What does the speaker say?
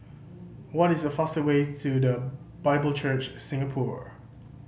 what is the fastest way to The Bible Church Singapore